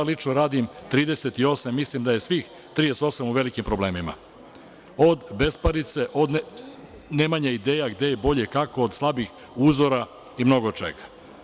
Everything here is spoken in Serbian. Lično radim 38, mislim da je svih 38 u velikim problemima, od besparice, od nemanja ideja, gde je bolje i kako, od slabih uzora i mnogo čega.